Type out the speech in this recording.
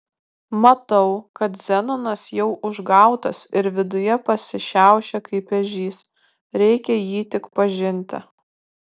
matau kad zenonas jau užgautas ir viduje pasišiaušė kaip ežys reikia jį tik pažinti